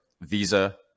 Visa